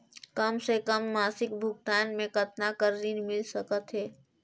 कम से कम मासिक भुगतान मे कतना कर ऋण मिल सकथे?